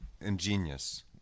ingenious